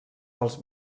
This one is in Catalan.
dels